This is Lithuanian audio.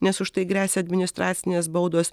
nes už tai gresia administracinės baudos